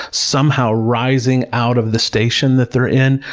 somehow rising out of the station that they're in.